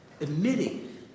admitting